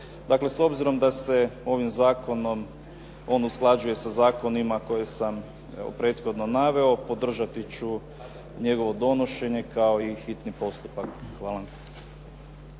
Dakle, s obzirom da se ovim zakonom on usklađuje sa zakonima koje sam prethodno naveo podržat ću njegovo donošenje kao i hitni postupak. Hvala.